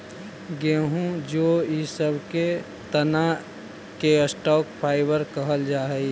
गेहूँ जौ इ सब के तना के स्टॉक फाइवर कहल जा हई